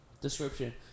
description